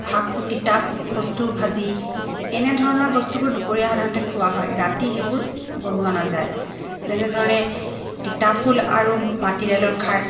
শাক তিতা বস্তু ভাজি এনেধৰণৰ বস্তুবোৰ দুপৰীয়া সাধাৰণতে খোৱা হয় ৰাতি সেইবোৰ বনোৱা নাযায় যেনেধৰণে তিতাফুল আৰু মাটিদাইলৰ খাৰ